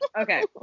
Okay